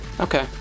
Okay